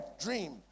dream